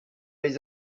les